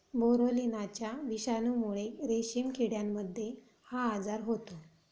बोरोलिनाच्या विषाणूमुळे रेशीम किड्यांमध्ये हा आजार होतो